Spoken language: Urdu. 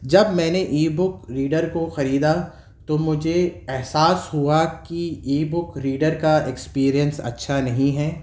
جب میں نے ایی بک ریڈر کو خریدا تو مجھے احساس ہوا کہ ای بک ریڈر کا ایکسپیرینس اچھا نہیں ہے